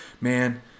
man